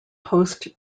post